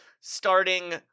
starting